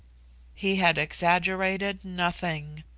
he had exaggerated nothing.